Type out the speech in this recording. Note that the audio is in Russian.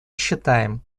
считаем